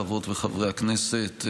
חברות וחברי הכנסת,